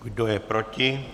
Kdo je proti?